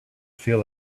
feel